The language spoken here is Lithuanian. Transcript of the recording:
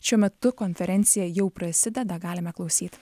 šiuo metu konferencija jau prasideda galime klausyti